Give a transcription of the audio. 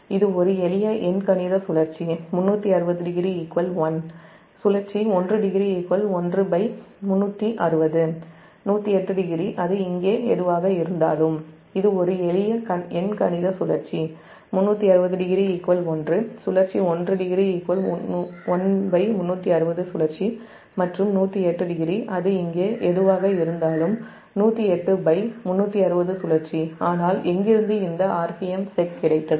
இது ஒரு எளிய எண்கணித சுழற்சி 36001 சுழற்சி10 1360 சுழற்சி மற்றும் 1080 அது இங்கே எதுவாக இருந்தாலும் 108360 சுழற்சி ஆனால் எங்கிருந்து இந்த rpm Sec கிடைத்தது